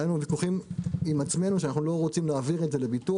היו לנו ויכוחים גם עם עצמנו כי אנחנו לא רוצים להעביר את זה לביטוח,